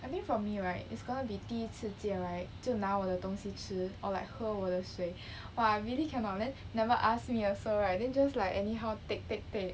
I think for me right it's gonna be 第一次见 right 就拿我的东西吃 or like 喝我的水 !wah! I really cannot then never ask me also right then just like anyhow take take take